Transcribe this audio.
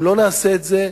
אם לא נעשה את זה,